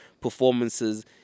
performances